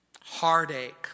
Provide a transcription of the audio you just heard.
Heartache